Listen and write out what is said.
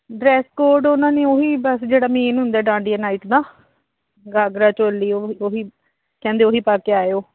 dress code ਉਹਨਾਂ ਨੇ ਉਹੀ ਬਸ ਜਿਹੜਾ ਮੇਨ ਹੁੰਦਾ ਡਾਡੀਆਂ ਨਾਈਟਸ ਦਾ ਗਾਗਰਾ ਚੋਲੀ ਉਹ ਉਹੀ ਕਹਿੰਦੇ ਉਹੀ ਪਾ ਕੇ ਆਇਓ